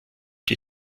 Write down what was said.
die